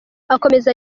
akomeza